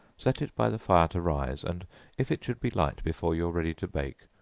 set it by the fire to rise, and if it should be light before you are ready to bake,